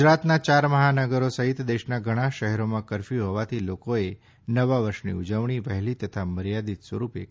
ગુજરાતના ચાર મહાનગરો સહિત દેશના ઘણાં શહેરોમાંકરફ્યુ હોવાથી લોકોએ નવા વર્ષની ઉજવણી વહેલી તથા મર્યાદિત સ્વરૂપે કરી હતી